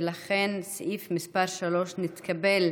ולכן סעיף מס' 3,